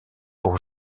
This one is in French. pour